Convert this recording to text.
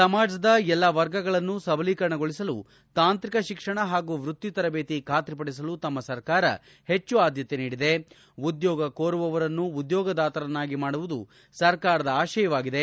ಸಮಾಜದ ಎಲ್ಲಾ ವರ್ಗಗಳನ್ನು ಸಬಲೀಕರಣಗೊಳಿಸಲು ತಾಂತ್ರಿಕ ಶಿಕ್ಷಣ ಹಾಗೂ ವೃತ್ತಿ ತರಬೇತಿ ಖಾತರಿಪದಿಸಲು ತಮ್ಮ ಸರ್ಕಾರ ಹೆಚ್ಚು ಆದ್ಯತೆ ನೀಡಿದೆ ಉದ್ಯೋಗ ಕೋರುವವರನ್ನು ಉದ್ಯೋಗದಾತರನ್ನಾಗಿ ಮಾಡುವುದು ಸರ್ಕಾರದ ಆಶಯವಾಗಿದೆ